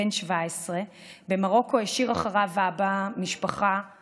בן 17. במרוקו השאיר אחריו אבא משפחה,